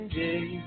day